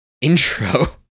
intro